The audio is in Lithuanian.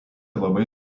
labai